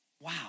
Wow